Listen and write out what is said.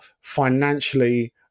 financially